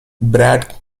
brad